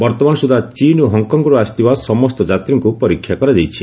ବର୍ତ୍ତମାନ ସୁଦ୍ଧା ଚୀନ୍ ଓ ହଂକରୁ ଆସିଥିବା ସମସ୍ତ ଯାତ୍ରୀଙ୍କୁ ପରୀକ୍ଷା କରାଯାଇଛି